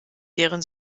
deren